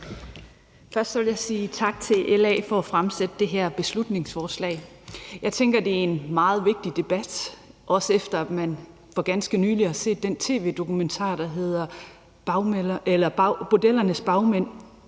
Først vil jeg sige tak til LA for at fremsætte det her beslutningsforslag. Jeg tænker, det er en meget vigtig debat, også efter at man for ganske nylig har set den tv-dokumentar, der hedder »Bordellernes bagmænd«,